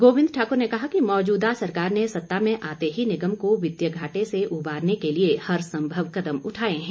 गोविन्द ठाकुर ने कहा कि मौजूदा सरकार ने सत्ता में आते ही निगम को वित्तीय घाटे से उभारने के लिए हरसंभव कदम उठाए हैं